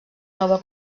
nova